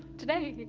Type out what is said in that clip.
today